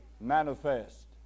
manifest